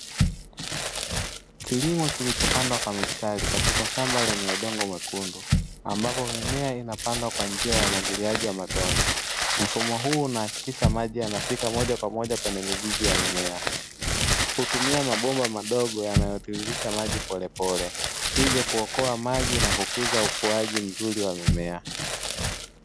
Kilimo kilichopandwa kwa mistari katika shamba lenye udongo mwekundu ambapo mimea inapandwa kwa njia ya umwagiliaji wa matone. Mfumo huu unakisha maji yanafika moja kwa moja kwenye mizizi ya mimea, hutumia mabomba madogo yanayotiririisha maji polepole, hivyo kuokoa maji na kukuza ukuaji mzuri wa mimea.